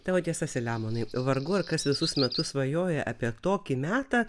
tavo tiesa selemonai vargu ar kas visus metus svajoja apie tokį metą